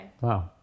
Wow